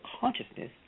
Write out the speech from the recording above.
consciousness